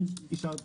נכון.